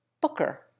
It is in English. Booker